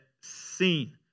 seen